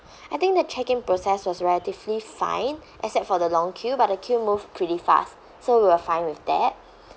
I think the check in process was relatively fine except for the long queue but the queue moved pretty fast so we were fine with that